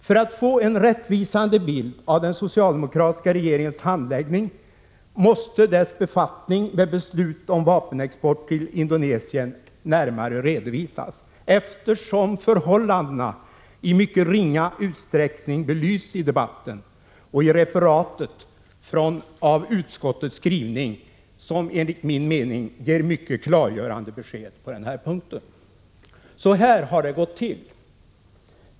För att få en rättvisande bild av den socialdemokratiska regeringens handläggning måste dess befattning med beslut om vapenexport till Indonesien närmare redovisas, eftersom förhållandena i mycket ringa utsträckning belysts i debatten och i referaten av utskottets skrivning, som enligt min mening ger mycket klargörande besked på den här punkten. Så här har det gått till.